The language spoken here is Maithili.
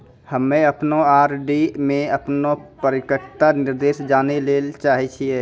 हम्मे अपनो आर.डी मे अपनो परिपक्वता निर्देश जानै ले चाहै छियै